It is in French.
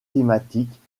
climatiques